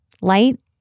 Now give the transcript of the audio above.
light